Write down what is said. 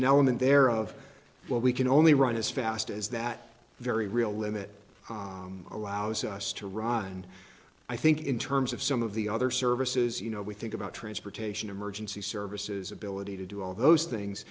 an element there of what we can only run as fast as that very real limit allows us to run and i think in terms of some of the other services you know we think about transportation emergency services ability to do all those